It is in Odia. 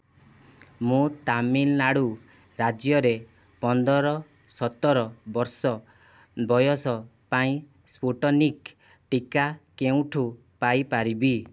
ମୁଁ ତାମିଲନାଡ଼ୁ ରାଜ୍ୟରେ ପନ୍ଦର ସତର ବର୍ଷ ବୟସ ପାଇଁ ସ୍ପୁଟନିକ୍ ଟିକା କେଉଁଠୁ ପାଇ ପାରିବି